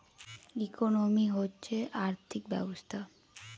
economy হচ্ছে আর্থিক ব্যবস্থা